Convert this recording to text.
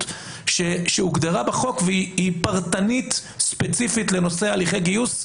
שהוגדרה בחוק והיא פרטנית ספציפית לנושא הליכי גיוס,